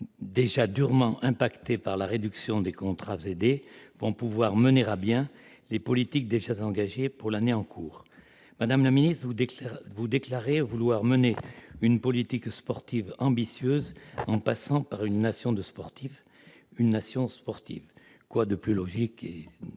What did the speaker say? été durement impactées par la réduction des contrats aidés, vont pouvoir mener à bien les politiques déjà engagées pour l'année en cours. Madame la ministre, vous déclarez vouloir mener une politique sportive ambitieuse, qui nous ferait passer d'une nation de sportifs à une nation sportive. Quoi de meilleur